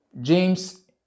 James